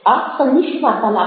આ સંનિષ્ઠ વાર્તાલાપ છે